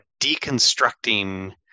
deconstructing